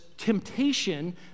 temptation